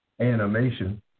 animation